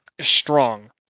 strong